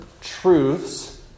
truths